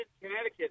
Connecticut